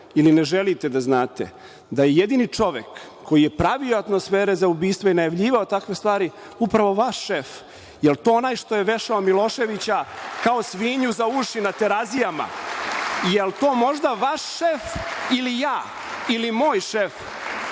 ili ne želite da znate da je jedini čovek koji je pravio atmosfere za ubistvo i najavljivao takve stvari upravo vaš šef. Jel to onaj što je vešao Miloševića kao svinju za uši na Terazijama? Jel to možda vaš šef ili moj šef